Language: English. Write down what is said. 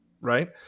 right